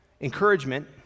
encouragement